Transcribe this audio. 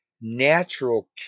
natural